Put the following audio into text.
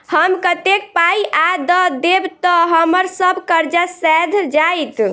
हम कतेक पाई आ दऽ देब तऽ हम्मर सब कर्जा सैध जाइत?